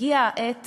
הגיעה העת